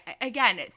again